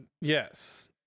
Yes